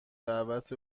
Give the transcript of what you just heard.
دعوت